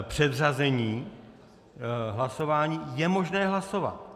Předřazení hlasování je možné hlasovat.